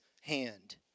hand